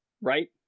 Right